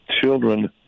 children